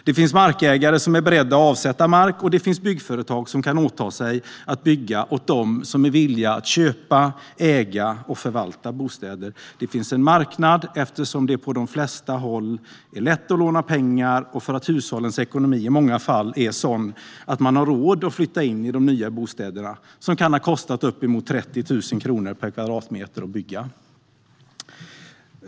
Det finns markägare som är beredda att avsätta mark, och det finns byggföretag som kan åta sig att bygga åt dem som är villiga att köpa, äga och förvalta bostäder. Det finns en marknad eftersom det på de flesta håll är lätt att låna pengar och hushållens ekonomi i många fall är sådan att man har råd att flytta in i de nya bostäderna som kan ha kostat uppemot 30 000 kronor per kvadratmeter att bygga.